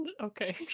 Okay